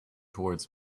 towards